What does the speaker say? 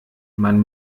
man